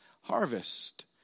harvest